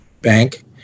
bank